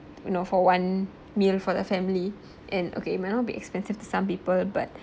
you know for one meal for the family and okay it might not be expensive to some people but